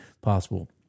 possible